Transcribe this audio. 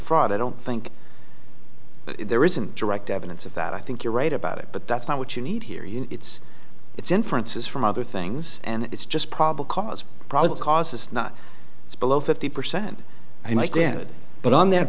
fraud i don't think there isn't direct evidence of that i think you're right about it but that's not what you need here it's it's inferences from other things and it's just probable cause probable cause it's not it's below fifty percent and i did but on that